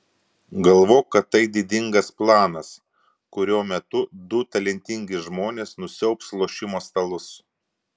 galvok kad tai didingas planas kurio metu du talentingi žmonės nusiaubs lošimo stalus